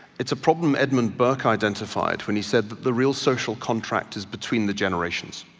it's a problem edmund burke identified when he said that the real social contract is between the generations,